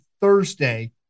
Thursday